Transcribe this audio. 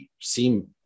seem